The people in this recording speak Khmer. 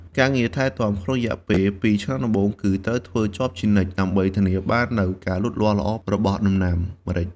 ការងារថែទាំក្នុងរយៈពេលពីរឆ្នាំដំបូងគឺត្រូវធ្វើជាប់ជានិច្ចដើម្បីធានាបាននូវការលូតលាស់ល្អរបស់ដំណាំម្រេច។